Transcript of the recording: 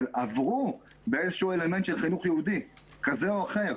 עברו באיזשהו אלמנט של חינוך יהודי כזה או אחר,